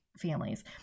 families